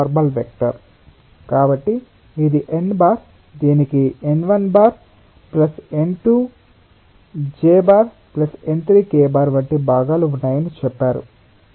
వీటి మాదిరిగానే ఇది ఔట్వర్డ్ నార్మల్ గా ఉన్నందున డైరెక్షన్ కు ప్రతికూలంగా ఉంటుంది కాబట్టి సర్ఫేస్ పై τ21 యొక్క సానుకూల భావం ప్రతికూలతతో పాటు ఉంటుంది సరే